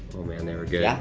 oh man, they were good. yeah